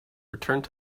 returned